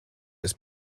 des